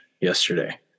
yesterday